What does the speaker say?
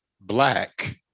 black